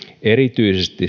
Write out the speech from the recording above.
erityisesti